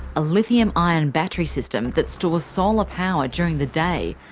a lithium ion battery system that stores solar power during the day,